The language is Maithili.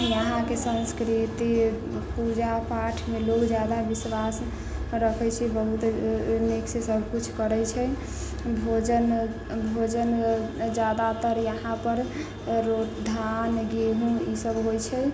यहाँ के संस्कृति पूजा पाठ मे लोग जादा विश्वास रखे छै बहुत नीक से सब कुछ करै छै भोजन भोजन जादातर यहाँ पर आओर धान गेहूँ इसब होइ छै